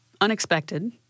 unexpected